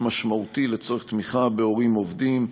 משמעותי לצורך תמיכה בהורים עובדים,